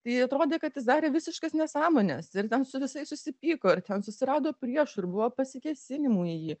tai atrodė kad jis darė visiškas nesąmones ir ten su visais susipyko ir ten susirado priešų ir buvo pasikėsinimų į jį